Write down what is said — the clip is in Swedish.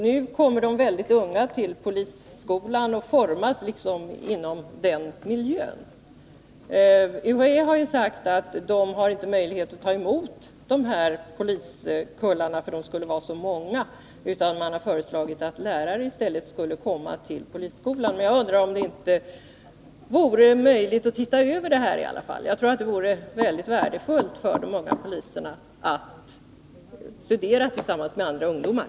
Nu är de mycket unga när de kommer till polisskolan och formas i den miljön. UHÄ har ju sagt att det inte finns någon möjlighet att ta emot poliskullarna, eftersom det rör sig om så många människor. Därför har det föreslagits att man i stället skulle låta lärare komma till polisskolan. Jag undrar om det inte vore möjligt att se på den här saken, för jag tror att det skulle vara mycket värdefullt för de unga poliserna att få studera tillsammans med andra ungdomar.